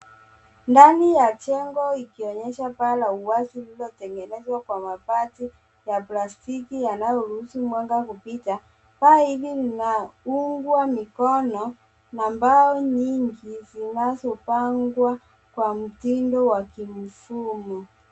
Ndani ya jengo ikionyesha paa la uwazi lililotengenezwa kwa mabati ya plastiki, yanayoruhusu mwanga kupita, paa hili linaungwa mikono, na mbao nyingi, zinazopangwa, kwa mtindo wa kimfumo.